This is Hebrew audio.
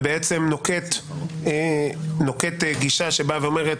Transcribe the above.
ובעצם נוקט גישה שאומרת,